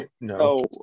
no